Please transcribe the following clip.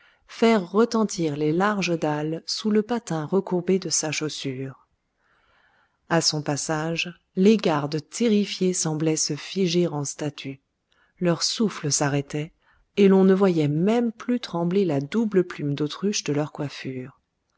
faire retentir les larges dalles sous le patin recourbé de sa chaussure à son passage les gardes terrifiés semblaient se figer en statues leur souffle s'arrêtait et l'on ne voyait même plus trembler la double plume d'autruche de leur coiffure